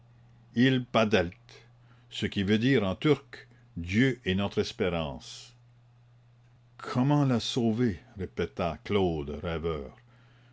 il padelt ce qui veut dire en turc dieu est notre espérance comment la sauver répéta claude rêveur